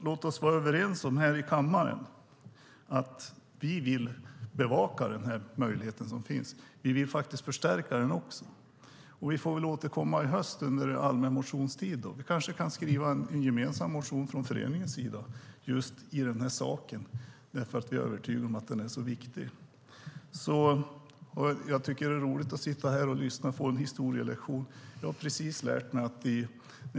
Låt oss vara överens här i kammaren om att vi vill bevaka den här möjligheten och förstärka den. Vi får väl återkomma i höst när det är allmän motionstid. Vi kanske kan skriva en gemensam motion från föreningsmedlemmar just i den här saken därför att vi är övertygade om att den är viktig. Jag tycker att det är roligt att sitta här och lyssna på en historielektion. Jag har precis lärt mig en sak.